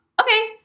okay